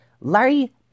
Larry